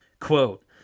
Quote